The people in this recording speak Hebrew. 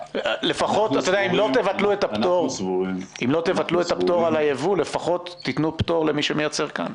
לפחות אם לא תבטלו את הפטור על היבוא לפחות תנו פטור למי שמייצר כאן.